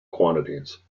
quantities